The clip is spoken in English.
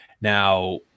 Now